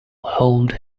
hold